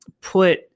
put